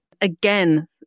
Again